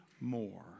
more